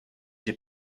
j’ai